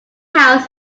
house